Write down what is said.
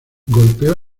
golpeó